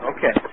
Okay